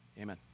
Amen